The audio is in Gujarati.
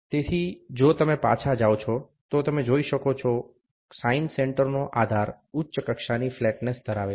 તેથી જો તમે પાછા જાઓ છો તો તમે જોઈ શકો છો સાઇન સેન્ટરનો આધાર ઉચ્ચ કક્ષાની ફ્લેટનેસ ધરાવે છે